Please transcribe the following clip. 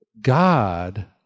God